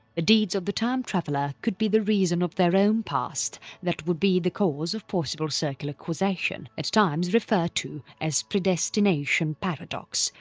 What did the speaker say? the deeds of the time traveller could be the reason of their own past that would be the cause of possible circular causation, at times referred to as predestination paradox,